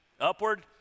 Upward